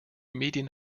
medien